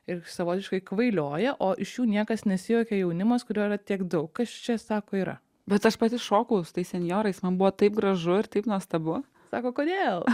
ir savotiškai kvailioja o iš jų niekas nesijuokia jaunimas kurio yra tiek daug kas čia sako yra bet aš pati šokau su tais senjorais man buvo taip gražu ir taip nuostabu sako kodėl